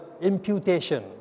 imputation